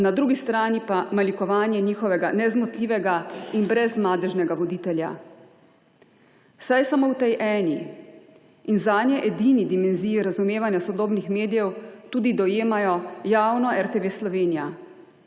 na drugi strani pa malikovanje njihovega nezmotljivega in brezmadežnega voditelja. Saj samo v tej eni in zanje edini dimenziji razumevanja sodobnih medijev tudi dojemajo javno RTV Slovenija.